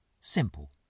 Simple